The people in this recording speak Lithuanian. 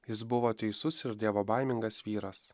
jis buvo teisus ir dievobaimingas vyras